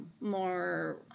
More